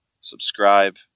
subscribe